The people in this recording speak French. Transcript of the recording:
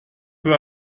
peu